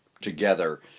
together